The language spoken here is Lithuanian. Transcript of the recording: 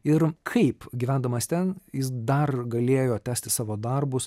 ir kaip gyvendamas ten jis dar galėjo tęsti savo darbus